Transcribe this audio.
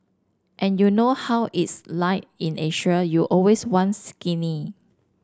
and you know how it's like in Asia you always want skinny